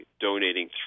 donating